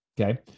Okay